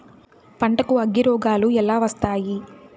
పంటకు అగ్గిరోగాలు ఎలా వస్తాయి?